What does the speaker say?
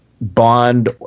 bond